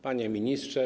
Panie Ministrze!